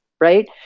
right